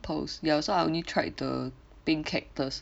pearls ya so I only tried the pink cactus